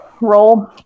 Roll